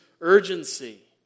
urgency